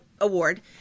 award